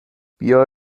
بیا